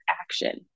action